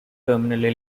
terminal